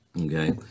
Okay